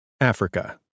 Africa